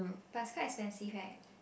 but it's quite expensive eh